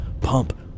Pump